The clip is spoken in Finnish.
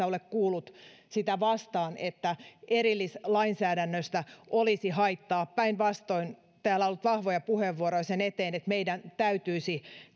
ole kuullut sitä vastaan siten että erillislainsäädännöstä olisi haittaa päinvastoin täällä on ollut vahvoja puheenvuoroja sen eteen että meidän täytyisi